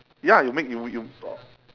ya you make you you uh